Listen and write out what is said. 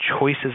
choices